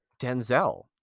Denzel